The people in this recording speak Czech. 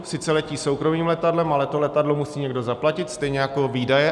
Sice letí soukromým letadlem, ale to letadlo musí někdo zaplatit, stejně jako výdaje.